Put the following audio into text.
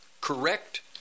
correct